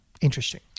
Interesting